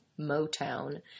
Motown